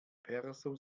perso